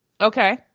Okay